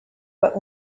but